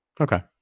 Okay